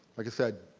like i said,